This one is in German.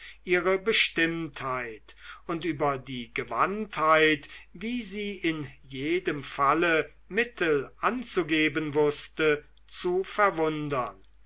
ihre bestimmtheit und über die gewandtheit wie sie in jedem falle mittel anzugeben wußte zu verwundern